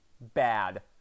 bad